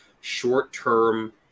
short-term